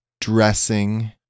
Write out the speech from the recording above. Dressing